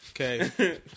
Okay